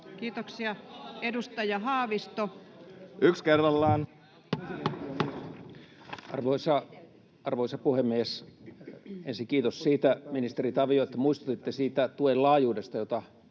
Kiitoksia. — Edustaja Haavisto. Arvoisa puhemies! Ensin kiitos siitä, ministeri Tavio, että muistutitte siitä tuen laajuudesta, joka